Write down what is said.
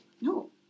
No